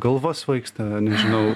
galva svaigsta nežinau